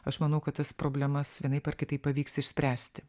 aš manau kad tas problemas vienaip ar kitaip pavyks išspręsti